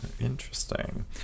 Interesting